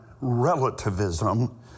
relativism